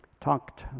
talked